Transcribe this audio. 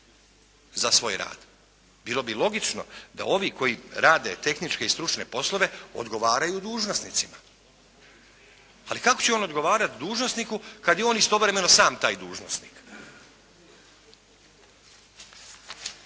za svoj rad. Bilo bi logično da ovi koji rade tehničke i stručne poslove odgovaraju dužnosnicima. Ali kako će on odgovarati dužnosniku kad je on istovremeno sam taj dužnosnik.